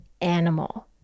animal